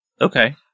Okay